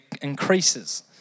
increases